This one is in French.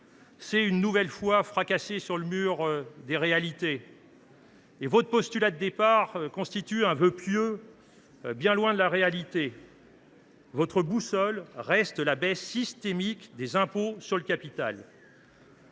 s’est une nouvelle fois fracassé sur le mur des réalités, et votre postulat de départ constitue un vœu pieux, bien éloigné du réel. Votre boussole reste la baisse systémique des impôts sur le capital.